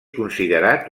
considerat